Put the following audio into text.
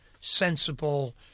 sensible